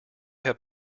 have